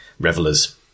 revelers